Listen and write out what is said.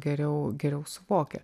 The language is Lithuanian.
geriau geriau suvokia